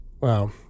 Wow